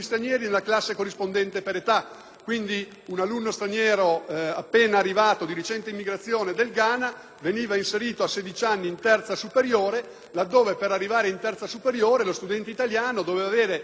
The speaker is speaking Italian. immigrazione, appena arrivato ad esempio dal Ghana, veniva inserito a 16 anni in terza superiore, laddove per arrivare in terza superiore lo studente italiano doveva avere il diploma di licenza media inferiore,